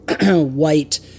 white